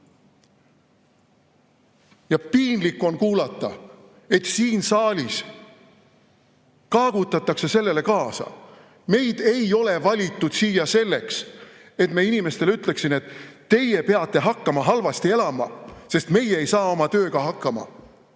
Piinlik on kuulata, et siin saalis kaagutatakse sellele kaasa. Meid ei ole valitud siia selleks, et me inimestele ütleksime, et teie peate hakkama halvasti elama, sest meie ei saa oma tööga hakkama.